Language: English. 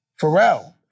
Pharrell